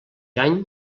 any